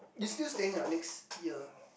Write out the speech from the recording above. you still staying a not next year